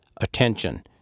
Attention